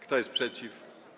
Kto jest przeciw?